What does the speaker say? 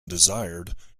desired